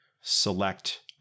select